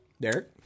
Derek